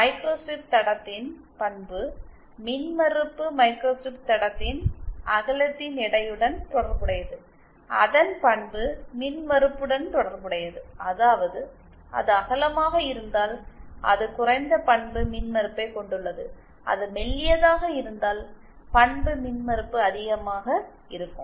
microstrip தடத்தின் பண்பு மின்மறுப்பு மைக்ரோஸ்டிரிப் தடத்தின் அகலத்தின் எடையுடன் தொடர்புடையது அதன் பண்பு மின்மறுப்புடன் தொடர்புடையது அதாவது அது அகலமாக இருந்தால் அது குறைந்த பண்பு மின்மறுப்பைக் கொண்டுள்ளது அது மெல்லியதாக இருந்தால் பண்பு மின் மறுப்பு அதிகமாக இருக்கும்